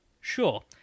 sure